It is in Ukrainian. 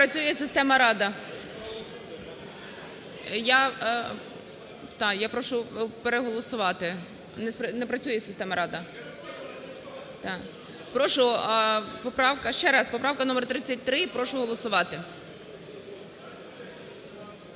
Поправка номер 33. Прошу голосувати.